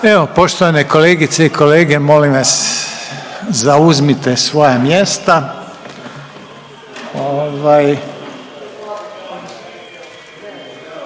Evo poštovane kolegice i kolege molim vas zauzmite svoja mjesta,